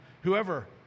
whoever